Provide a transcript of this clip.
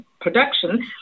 production